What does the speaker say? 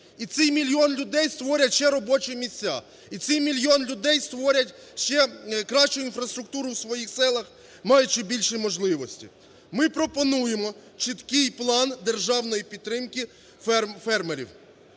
І це мільйон людей створять ще робочі місця, і це мільйон людей створять ще кращу інфраструктуру в своїх селах, маючи більше можливості. Ми пропонуємо чіткий план державної підтримки фермерів.